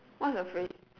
what's the phrase